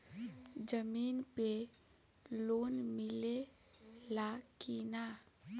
जमीन पे लोन मिले ला की ना?